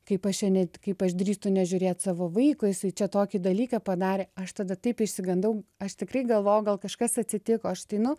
kaip aš čia net kaip aš drįstu nežiūrėt savo vaiko jisai čia tokį dalyką padarė aš tada taip išsigandau aš tikrai galvojau gal kažkas atsitiko aš ateinu